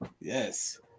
Yes